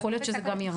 יכול להיות שזה גם ירד.